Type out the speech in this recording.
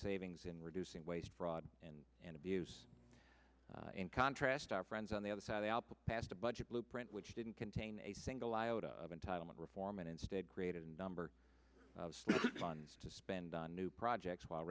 savings in reducing waste fraud and abuse in contrast our friends on the other side album passed a budget blueprint which didn't contain a single iota of entitlement reform and instead created a number of funds to spend on new projects while